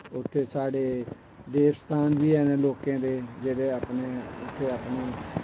उत्थें साढ़े देव स्थान बी हैन लोकें दे जेह्ड़े अपने